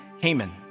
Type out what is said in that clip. Haman